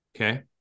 Okay